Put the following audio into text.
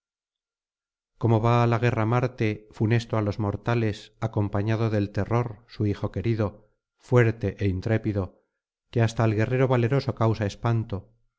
como va á la guerra marte funesto á los mortales acompañado del terror su hijo querido fuerte é intrépido que hasta al guerrero valeroso causa espanto